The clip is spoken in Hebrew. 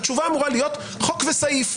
התשובה אמורה להיות חוק וסעיף,